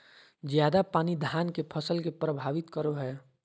ज्यादा पानी धान के फसल के परभावित करो है?